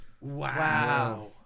Wow